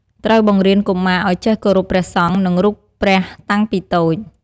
ត្រូវបង្រៀនកុមារឲ្យចះគោរពព្រះសង្ឃ និងរូបព្រះតាំងពីតូច។